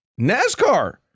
NASCAR